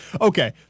Okay